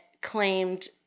claimed